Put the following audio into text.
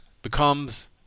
becomes